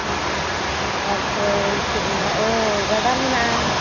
ᱛᱟᱨᱯᱚᱨᱮ ᱪᱮᱫ ᱢᱮᱱᱟᱜᱼᱟ ᱚᱻ ᱜᱟᱰᱟᱨ ᱢᱮᱱᱟᱜᱼᱟ